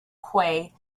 quay